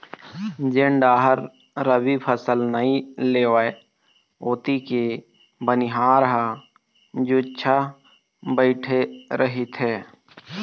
जेन डाहर रबी फसल नइ लेवय ओती के बनिहार ह जुच्छा बइठे रहिथे